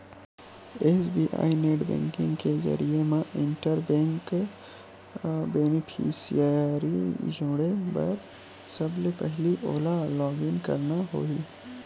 SBI net banking के जरिए म इंटर बेंक बेनिफिसियरी जोड़े बर सबले पहिली ओला लॉगिन करना होही